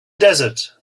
desert